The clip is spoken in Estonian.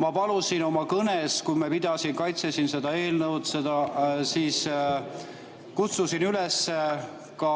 Ja ma oma kõnes, kui ma seda pidasin ja kaitsesin seda [ettepanekut], siis kutsusin üles ka